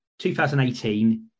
2018